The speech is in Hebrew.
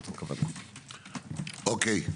אוקיי.